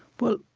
well,